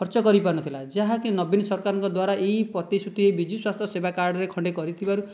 ଖର୍ଚ୍ଚ କରିପାରୁନଥିଲା ଯାହାକି ନବୀନ ସରକାରଙ୍କ ଦ୍ୱାରା ଏହି ପ୍ରତିଶୃତି ବିଜୁ ସ୍ୱାସ୍ଥ୍ୟ ସେବା କାର୍ଡ଼ରେ ଖଣ୍ଡେ କରିଥିବାରୁ